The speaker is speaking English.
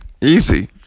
Easy